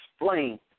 explain